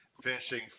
finishing